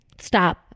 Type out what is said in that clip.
Stop